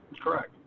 Correct